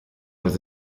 was